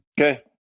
Okay